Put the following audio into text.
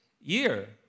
year